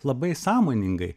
labai sąmoningai